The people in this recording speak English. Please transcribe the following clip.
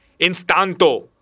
Instanto